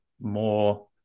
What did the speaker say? more